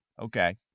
Okay